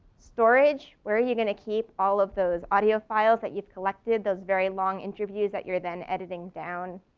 storage, where are you gonna keep all of those audio files that you've collected those very long interviews that you're then editing down.